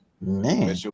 man